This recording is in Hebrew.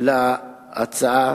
על ההצעה